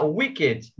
wicked